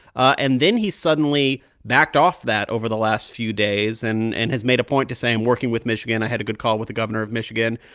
and then he suddenly backed off that over the last few days and and has made a point to say, i'm working with michigan. i had a good call with the governor of michigan.